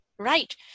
right